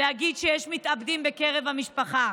להגיד שיש מתאבדים בקרב המשפחה.